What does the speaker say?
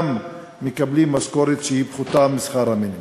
הם מקבלים משכורת שהיא פחותה משכר המינימום.